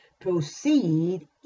proceed